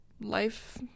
life